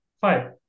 five